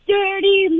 Dirty